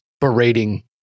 berating